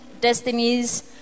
destinies